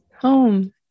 home